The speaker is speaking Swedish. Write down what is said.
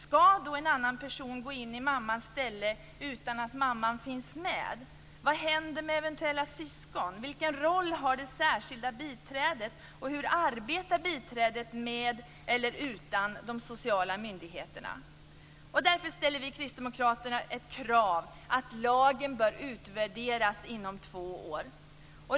Ska då en annan person gå in i mammans ställe utan att mamman finns med? Vad händer med eventuella syskon? Vilken roll har det särskilda biträdet? Och hur arbetar biträdet med eller utan de sociala myndigheterna? Därför ställer vi kristdemokrater ett krav, nämligen att lagen bör utvärderas inom två år.